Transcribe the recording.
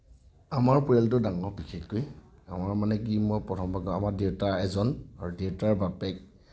আমাৰ পৰিয়ালটো ডাঙৰ বিশেষকৈ আমাৰ মানে কি মই প্ৰথমৰ পৰা কওঁ আমাৰ দেউতা এজন আৰু দেউতাৰ বাপেক